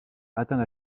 atteint